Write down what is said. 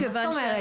מה זאת אומרת?